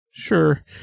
Sure